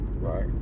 Right